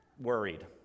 worried